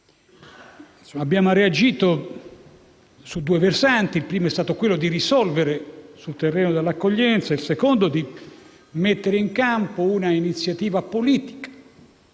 Abbiamo reagito su due versanti: il primo è stato quello di risolvere il problema sul terreno dell'accoglienza e il secondo di mettere in campo un'iniziativa politica